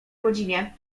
godzinie